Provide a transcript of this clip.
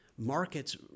Markets